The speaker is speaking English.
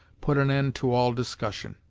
put an end to all discussion.